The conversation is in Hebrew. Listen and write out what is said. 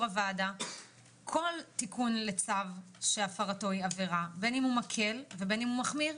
הוועדה כל תיקון לצו שהפרתו היא עבירה בין הוא מקל ובין הוא מחמיר.